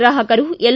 ಗ್ರಾಪಕರು L